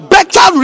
Better